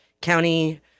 county